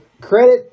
credit